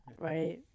Right